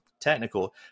technical